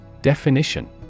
Definition